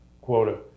quota